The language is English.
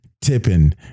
tipping